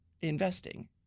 investing